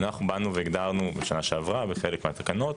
אנחנו באנו והגדרנו בשנה שעברה בחלק מהתקנות,